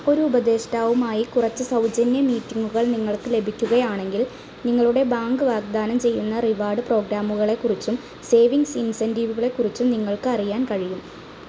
ഒരു ഉപദേഷ്ടാവുമായി കുറച്ച് സൗജന്യ മീറ്റിങ്ങുകൾ നിങ്ങൾക്ക് ലഭിക്കുകയാണെങ്കിൽ നിങ്ങളുടെ ബാങ്ക് വാഗ്ദാനം ചെയ്യുന്ന റിവാർഡ് പ്രോഗ്രാമുകളെക്കുറിച്ചും സേവിങ്ങ്സ് ഇൻസൻറീവുകളേക്കുറിച്ചും നിങ്ങൾക്ക് അറിയാൻ കഴിയും